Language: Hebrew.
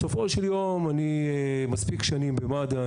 בסופו של יום אני מספיק שנים במד"א,